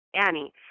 Annie